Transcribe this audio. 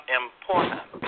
important